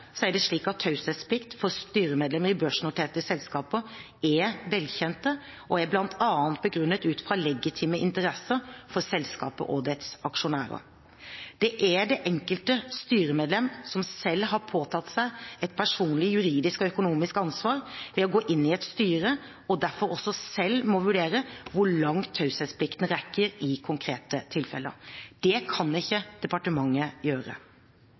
er taushetsplikt for styremedlemmer i børsnoterte selskaper velkjent og er bl.a. begrunnet ut fra legitime interesser for selskapet og dets aksjonærer. Det er det enkelte styremedlem som selv har påtatt seg et personlig juridisk og økonomisk ansvar ved å gå inn i et styre og derfor selv må vurdere hvor langt taushetsplikten rekker i konkrete tilfeller. Det kan ikke departementet gjøre.